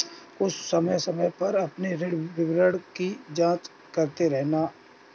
तुम समय समय पर अपने ऋण विवरण की जांच करते रहना